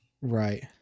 Right